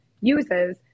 uses